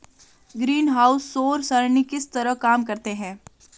greenhouse सौर सरणी किस तरह काम करते हैं